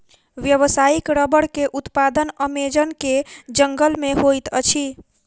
व्यावसायिक रबड़ के उत्पादन अमेज़न के जंगल में होइत अछि